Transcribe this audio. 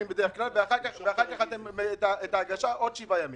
בדרך כלל, ואז להגשה נדרשים עוד שבעה ימים.